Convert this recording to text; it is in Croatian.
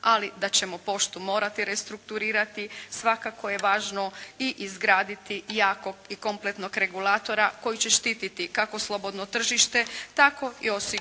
ali da ćemo poštu morati restrukturirati. Svakako je važno i izgraditi jakog i kompletnog regulatora koji će štiti kako slobodno tržište, tako i osigurati